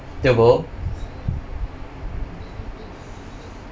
tio bo